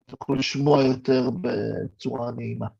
אתה יכול לשמוע יותר בצורה נעימה.